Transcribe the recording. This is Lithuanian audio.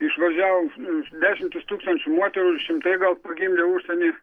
išvažiavo dešimtys tūkstančių moterų ir šimtai gal pagimdė užsieny